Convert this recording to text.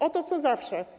O to, co zawsze.